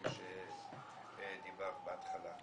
כפי שדיברת בהתחלה.